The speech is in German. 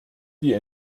die